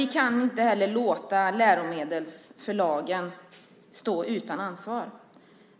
Vi kan inte låta läromedelsförlagen stå utan ansvar.